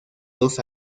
dos